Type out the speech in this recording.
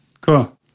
Cool